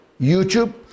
YouTube